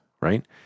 right